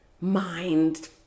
mind